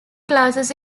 classes